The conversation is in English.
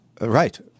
Right